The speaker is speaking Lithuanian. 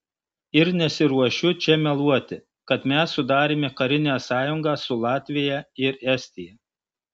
ir nesiruošiu čia meluoti kad mes sudarėme karinę sąjungą su latvija ir estija